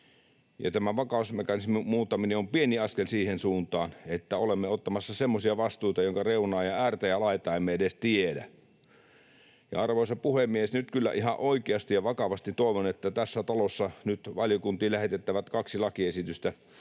tämä vakausmekanismin muuttaminen on pieni askel siihen suuntaan, että olemme ottamassa semmoisia vastuita, joiden reunaa ja äärtä ja laitaa emme edes tiedä. Ja, arvoisa puhemies, nyt kyllä ihan oikeasti ja vakavasti toivon, että tässä talossa nyt valiokuntiin lähetettävien kahden lakiesityksen,